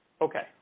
Okay